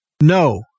No